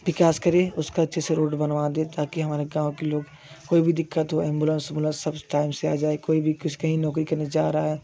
विकास करें उसका अच्छे से रोड बनवा दे ताकि हमारे गाँव के लोग कोई भी दिक्कत हुआ एंबुलेंस उब्लेंस सब टाइम से आ जाए कोई भी कुछ कहीं नौकरी करने जा रहा है